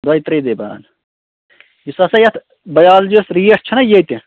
دۄیہِ ترٛیہِ دُہۍ بنَن یُس ہسا یَتھ بیالجی یس ریٹ چھنہَ ییٚتہِ